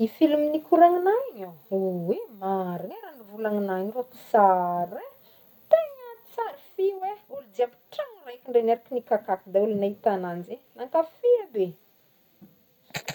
I film nikoragnignao igny ô oy marigny e raha novolagnignao igny rô tsara e, tegna tsara fy hoe olo jiaby tragno raiky ndray niaraky nikakaka daholo nahita agnanjy e nankafia aby.